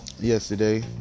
yesterday